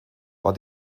war